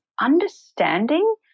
understanding